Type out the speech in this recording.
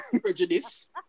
prejudice